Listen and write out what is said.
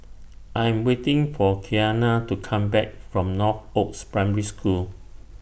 I Am waiting For Kiana to Come Back from Northoaks Primary School